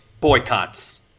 boycotts